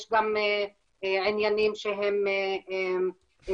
יש גם עניינים שהם גיאוגרפיים,